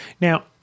Now